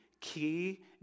key